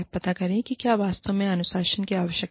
पता करें कि क्या वास्तव में अनुशासन की आवश्यकता है